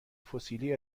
فسیلی